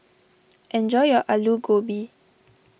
enjoy your Aloo Gobi